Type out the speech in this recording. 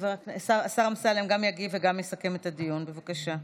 השר אמסלם גם יגיב וגם יסכם את הדיון, בבקשה.